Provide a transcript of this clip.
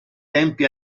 tempi